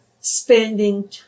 spending